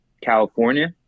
california